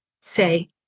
say